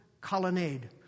colonnade